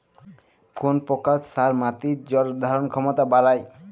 কোন প্রকার সার মাটির জল ধারণ ক্ষমতা বাড়ায়?